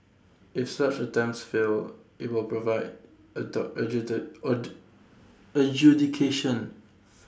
if such attempts fail IT will provide A door adjudication